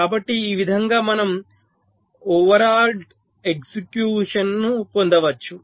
కాబట్టి ఈ విధంగా మనం ఓవర్లాప్డ్ ఎగ్జిక్యూషన్ ను పొందవచ్చు